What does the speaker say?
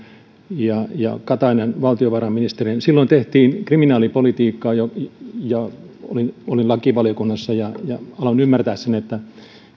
ja ja katainen valtiovarainministerinä tehtiin kriminaalipolitiikkaa olin olin lakivaliokunnassa ja aloin ymmärtää sen